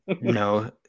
No